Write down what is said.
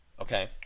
Okay